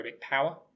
power